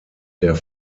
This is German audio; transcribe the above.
der